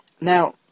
Now